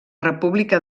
república